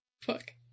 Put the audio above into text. Fuck